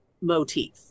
motif